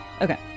okay